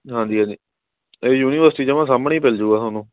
ਹਾਂਜੀ ਹਾਂਜੀ ਇਹ ਯੂਨੀਵਰਿਸਟੀ ਦੇ ਜਮ੍ਹਾਂ ਸਾਮਣੇ ਹੀ ਮਿਲ ਜੂਗਾ ਤੁਹਾਨੂੰ